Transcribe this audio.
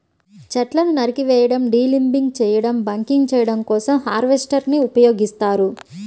చెట్లను నరికివేయడం, డీలింబింగ్ చేయడం, బకింగ్ చేయడం కోసం హార్వెస్టర్ ని ఉపయోగిస్తారు